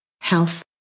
health